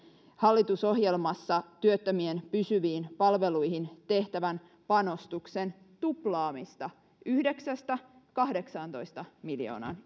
hallitusohjelmassa työttömien pysyviin palveluihin tehtävän panostuksen tuplaamista yhdeksästä kahdeksaantoista miljoonaan